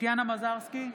טטיאנה מזרסקי,